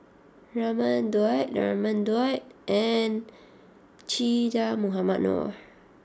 Raman Daud Raman Daud and Che Dah Mohamed Noor